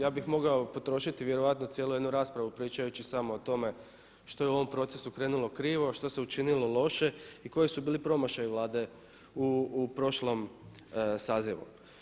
Ja bih mogao potrošiti vjerojatno cijelu jednu raspravu pričajući samo o tome što je u ovom procesu krenulo krivo, što se učinilo loše i koji su bili promašaji Vlade u prošlom sazivu.